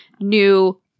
new